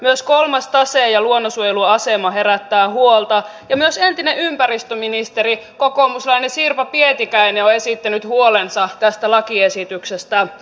myös kolmas tase ja luonnonsuojelun asema herättävät huolta ja myös entinen ympäristöministeri kokoomuslainen sirpa pietikäinen on esittänyt huolensa tästä lakiesityksestä